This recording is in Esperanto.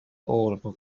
oro